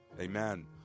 Amen